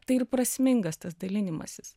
tai ir prasmingas tas dalinimasis